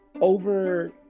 over